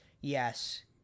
Yes